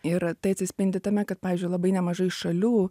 ir tai atsispindi tame kad pavyzdžiui labai nemažai šalių